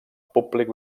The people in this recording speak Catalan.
públic